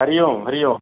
हरिः ओं हरिः ओं